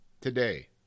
today